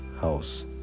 house